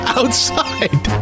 outside